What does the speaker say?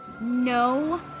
No